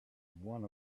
won